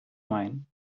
mine